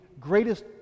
greatest